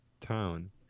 town